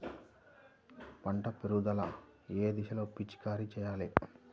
పంట ఎదుగుదల ఏ దశలో పిచికారీ చేయాలి?